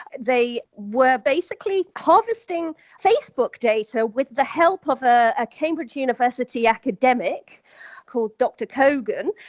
they were basically harvesting facebook data with the help of a ah cambridge university academic called dr. kogan,